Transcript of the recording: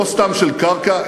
לא סתם של קרקע,